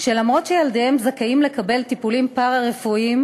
שאף שילדיהם זכאים לקבל טיפולים פארה-רפואיים,